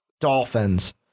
Dolphins